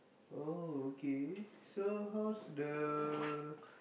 oh okay so how's the